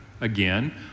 again